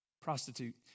Prostitute